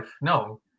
No